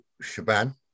Shaban